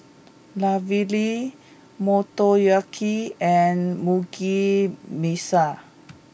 Ravioli Motoyaki and Mugi Meshi